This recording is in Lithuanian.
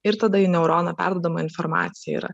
ir tada į neuroną perduodama informacija yra